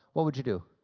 what would you do?